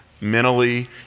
mentally